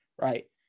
right